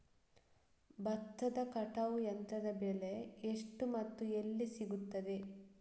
ಭತ್ತದ ಕಟಾವು ಯಂತ್ರದ ಬೆಲೆ ಎಷ್ಟು ಮತ್ತು ಎಲ್ಲಿ ಸಿಗುತ್ತದೆ?